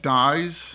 dies